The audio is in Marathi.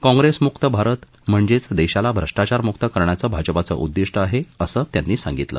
काँप्रेसमुक्त भारत म्हणजेच देशाला भ्रष्टाचारमुक्त करण्याचं भाजपाचं उद्दिष्ट आहे असं त्यांनी सांगितलं